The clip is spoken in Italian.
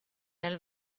nel